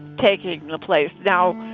taking the place. now,